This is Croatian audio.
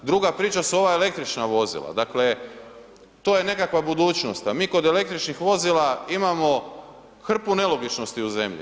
Druga priča su ova električna vozila, dakle to je nekakva budućnost, a mi kod električnih vozila imamo hrpu nelogičnosti u zemlji.